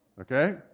Okay